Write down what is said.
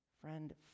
Friend